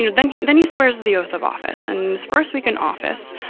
you know then then he swears the oath of office and first week in office,